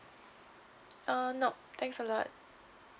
uh nope thanks a lot